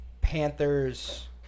Panthers